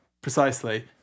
Precisely